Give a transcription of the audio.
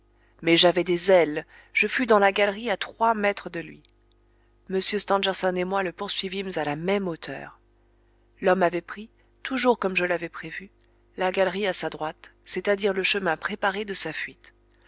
mais j'avais des ailes je fus dans la galerie à trois mètres de lui m stangerson et moi le poursuivîmes à la même hauteur l'homme avait pris toujours comme je l'avais prévu la galerie à sa droite c'est-à-dire le chemin préparé de sa fuite